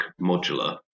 modular